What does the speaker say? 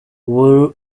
ubu